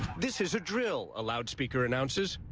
this is a drill, a loudspeaker announces.